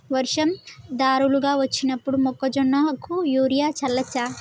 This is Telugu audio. వర్షం ధారలుగా వచ్చినప్పుడు మొక్కజొన్న కు యూరియా చల్లచ్చా?